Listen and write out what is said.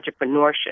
entrepreneurship